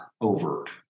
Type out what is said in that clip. overt